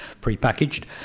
pre-packaged